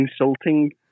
insulting